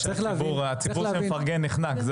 הציבור שמפרגן נחנק.